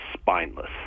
spineless